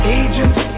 agents